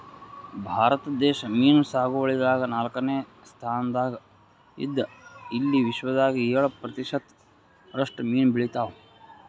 ಭಾರತ ದೇಶ್ ಮೀನ್ ಸಾಗುವಳಿದಾಗ್ ನಾಲ್ಕನೇ ಸ್ತಾನ್ದಾಗ್ ಇದ್ದ್ ಇಲ್ಲಿ ವಿಶ್ವದಾಗ್ ಏಳ್ ಪ್ರತಿಷತ್ ರಷ್ಟು ಮೀನ್ ಬೆಳಿತಾವ್